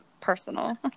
personal